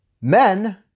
men